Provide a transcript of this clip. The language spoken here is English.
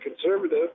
conservative